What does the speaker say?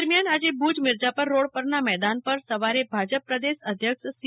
દરમ્યાન આજે ભુજ મિરજાપર રોડ પરના મેદાન પર સવારે ભાજપ પ્રદેશ અધ્યક્ષ સી